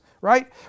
right